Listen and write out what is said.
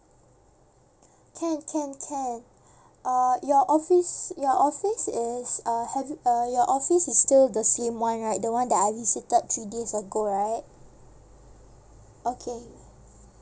can can can uh your office your office is uh have you uh your office is still the same [one] right the one that I visited three days ago right okay